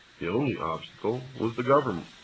the only obstacle was the governor,